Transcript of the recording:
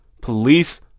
police